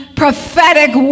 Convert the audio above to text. prophetic